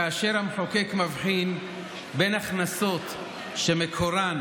כאשר המחוקק מבחין בין הכנסות שמקורן